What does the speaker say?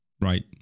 right